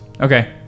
okay